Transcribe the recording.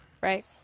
Right